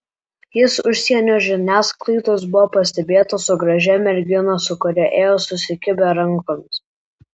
jis užsienio žiniasklaidos buvo pastebėtas su gražia mergina su kuria ėjo susikibę rankomis